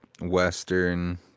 Western